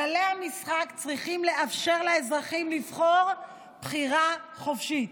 כללי המשחק צריכים לאפשר לאזרחים לבחור בחירה חופשית,